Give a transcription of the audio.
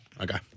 Okay